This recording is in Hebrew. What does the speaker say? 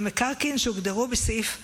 במקרקעין שהוגדרו בסעיף 243(א)